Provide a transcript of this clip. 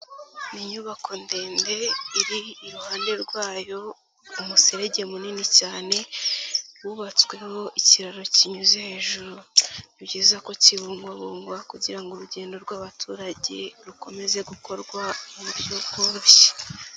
Ni inyubako ndende iri iruhande rwayo umuserege munini cyane wubatsweho ikiraro kinyuze hejuru, ni byiza ko kibungabungwa kugira ngo urugendo rw'abaturage rukomeze gukorwa mu buryo bworoshye.